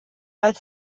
als